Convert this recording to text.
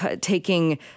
taking